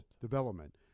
Development